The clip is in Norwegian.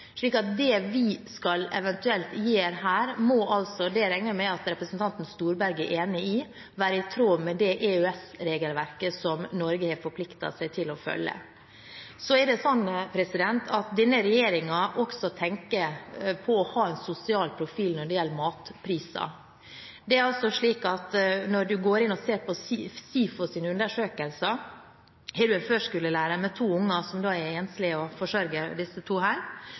det vi eventuelt skal gjøre her, må – og det regner jeg med at representanten Storberget er enig i – være i tråd med det EØS-regelverket som Norge har forpliktet seg til å følge. Denne regjeringen tenker også på det å ha en sosial profil når det gjelder matpriser. Går man inn og ser på SIFOs undersøkelser, viser de at er man førskolelærer og enslig forsørger for to barn, bruker man i dag over 25 pst. av lønnen på mat. Det å